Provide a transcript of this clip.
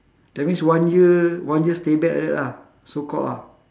that means one year one year stay back like that lah so called ah